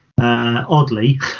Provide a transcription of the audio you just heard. oddly